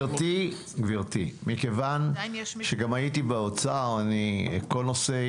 גברתי, מכיוון שגם הייתי באוצר, כל נושא